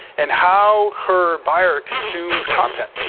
and how her buyer consumes content.